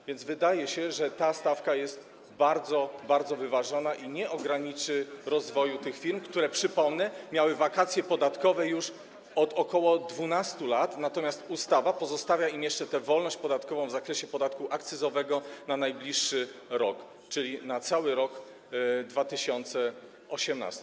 A więc wydaje się, że ta stawka jest bardzo, bardzo wyważona i nie ograniczy rozwoju tych firm, które, przypomnę, miały wakacje podatkowe już od ok. 12 lat, natomiast ustawa pozostawia im jeszcze tę wolność podatkową w zakresie podatku akcyzowego na najbliższy rok, czyli na cały rok 2018.